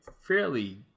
fairly